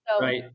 right